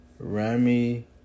Rami